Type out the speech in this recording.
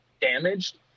damaged